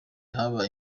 habaye